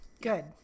Good